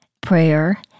prayer